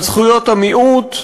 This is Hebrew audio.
על זכויות המיעוט,